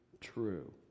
true